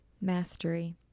mastery